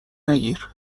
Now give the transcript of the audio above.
نگیر